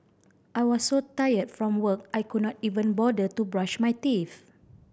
I was so tired from work I could not even bother to brush my teeth